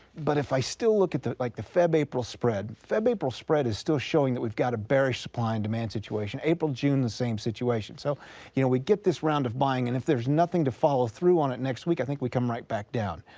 but if i still look at like the feb-april spread, the feb-april spread is still showing that we've got a bearish supply and demand situation, april-june the same situation. so you know we get this round of buying and if there's nothing to follow through on it next week i think we come right back down,